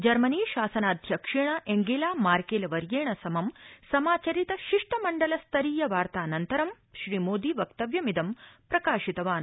जर्मनीशासनाध्यक्षेण Angela Merkel वर्येण समं समाचरित शिष्टमण्डलस्तरीय वार्तानन्तरं श्रीमोदी वक्तव्यमिदं प्रकाशितवान्